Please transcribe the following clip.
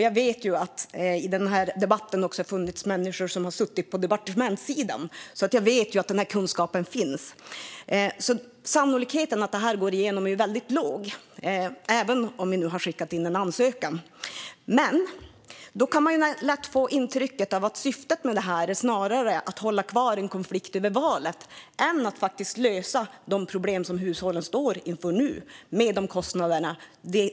Jag vet att det i denna debatt också har funnits människor som har suttit på departementssidan, och jag vet därför att denna kunskap finns. Sannolikheten för att detta går igenom är liten, även om vi nu har skickat in en ansökan. Men då kan man lätt få intrycket att syftet med detta snarare är att hålla kvar en konflikt över valet än att faktiskt lösa de problem som hushållen står inför nu med de kostnader som de har.